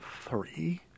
three